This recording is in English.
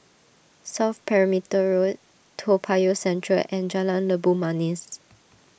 South Perimeter Road Toa Payoh Central and Jalan Labu Manis